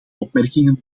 opmerkingen